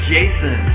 Jason